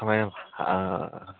खमाय औ